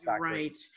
right